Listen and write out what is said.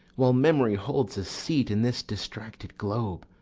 while memory holds a seat in this distracted globe.